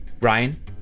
Ryan